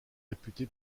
réputé